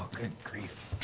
good grief.